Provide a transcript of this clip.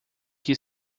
que